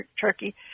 turkey